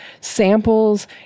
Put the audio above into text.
samples